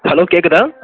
hello கேட்குதா